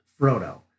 Frodo